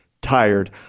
tired